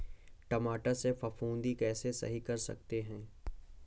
टमाटर से फफूंदी कैसे सही कर सकते हैं?